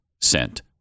sent